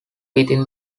within